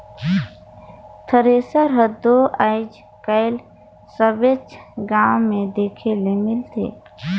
thresher हर दो आएज काएल सबेच गाँव मे देखे ले मिलथे